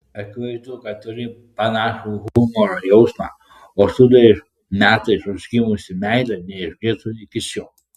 akivaizdu kad turi panašų humoro jausmą o studijų metais užgimusi meilė neišblėso iki šiol